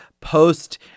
post